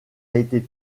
été